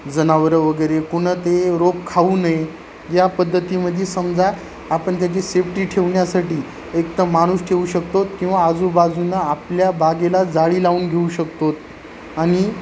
जनावरं वगैरे कुणा ते रोप खाऊ नये या पद्धतीमध्ये समजा आपण त्याची सेफ्टी ठेवण्यासाठी एकतर माणूस ठेऊ शकतो किंवा आजूबाजूने आपल्या बागेला जाळी लावून घेऊ शकतोत आणि